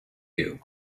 you